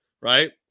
right